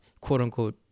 quote-unquote